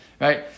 right